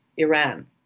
Iran